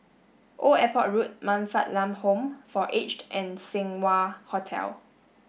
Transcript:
Old Airport Road Man Fatt Lam Home for Aged and Seng Wah Hotel